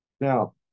Now